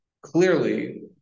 clearly